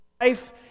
life